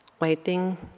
waiting